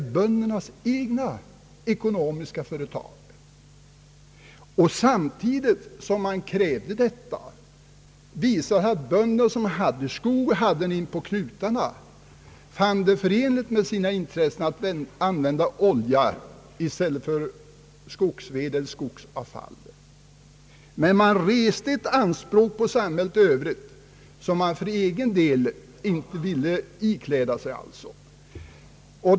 Samtidigt som man krävde att staten skulle använda skogsavfall för eldning visade det sig att bönder, som hade egen skog inpå knutarna, fann det förenligt med sina intressen att använda olja i stället för skogsavfall. Man ställde anspråk på samhället i övrigt, som man för egen del inte ville underkasta sig.